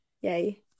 yay